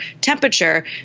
temperature